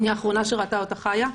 אני האחרונה שראתה אותו חיה.